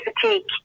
fatigue